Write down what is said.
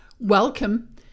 Welcome